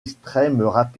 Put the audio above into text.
extrême